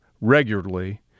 regularly